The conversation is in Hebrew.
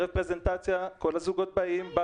כל הזוגות באים,